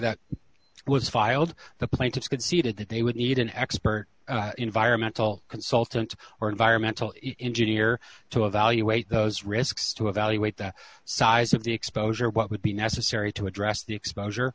that was filed the plaintiffs conceded that they would need an expert environmental consultant or environmental engineer to evaluate those risks to evaluate the size of the exposure what would be necessary to address the exposure